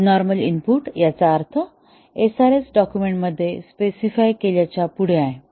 abnormal input याचा अर्थ SRS document मध्ये स्पेसिफाय केल्याच्या पुढे आहे